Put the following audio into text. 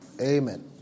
Amen